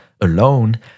alone